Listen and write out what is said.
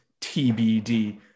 TBD